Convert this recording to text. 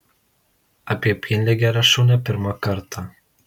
apie pienligę rašau ne pirmą kartą